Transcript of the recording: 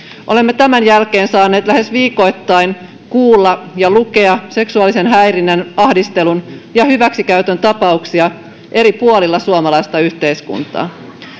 olemme tämän jälkeen saaneet lähes viikoittain kuulla ja lukea seksuaalisen häirinnän ahdistelun ja hyväksikäytön tapauksia eri puolilta suomalaista yhteiskuntaa